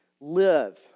live